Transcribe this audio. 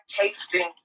tasting